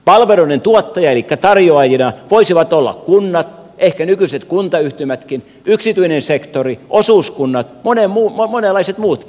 palveluiden tuottajina elikkä tarjoajina voisivat olla kunnat ehkä nykyiset kuntayhtymätkin yksityinen sektori osuuskunnat monenlaiset muutkin